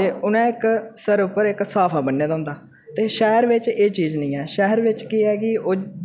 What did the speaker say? ते उ'नें इक सर पर इक साफा ब'न्ने दा होंदा ते शैह्र बिच एह् चीज निं ऐ शैह्र च केह् ऐ की